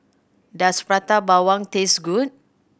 does Prata Bawang taste good